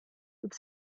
with